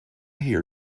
hear